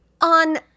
on